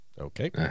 Okay